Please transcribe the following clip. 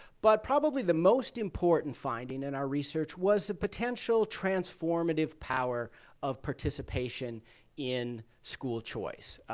but probably the most important finding in our research was the potential transformative power of participation in school choice.